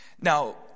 Now